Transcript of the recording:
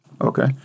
Okay